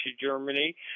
Germany